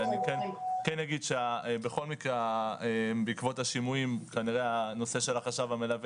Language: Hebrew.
אני כן אגיד שבכל מקרה בעקבות השימועים כנראה שהנושא של החשב המלווה